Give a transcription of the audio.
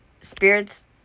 Spirits